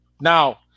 Now